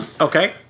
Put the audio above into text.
Okay